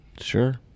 Sure